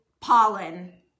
pollen